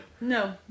no